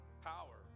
power